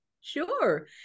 sure